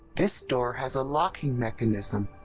this door has a locking mechanism.